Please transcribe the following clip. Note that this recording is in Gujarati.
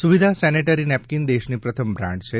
સુવિધા સેનેટરી નેપકીન દેશની પ્રથમ બ્રાંડ છે